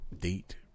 date